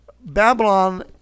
Babylon